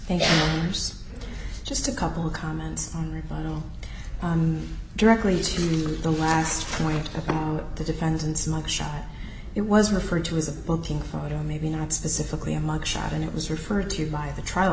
and there's just a couple of comments on the no directly to the last point of the defendant's mug shot it was referred to as a booking photo maybe not specifically a mug shot and it was referred to by the trial